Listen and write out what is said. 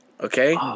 Okay